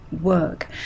work